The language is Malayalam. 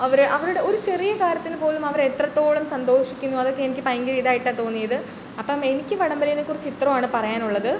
അവരു അവരുടെ ഒരു ചെറിയ കാര്യത്തിന് പോലും അവരെത്രത്തോളം സന്തോഷിക്കുന്നു അതൊക്കെ എനിക്ക് ഭയങ്കര ഇതായിട്ടാണ് തോന്നിയത് അപ്പം എനിക്ക് വടം വലീനെ കുറിച്ച് ഇത്രോം ആണ് പറയാനുള്ളത്